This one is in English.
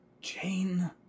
Jane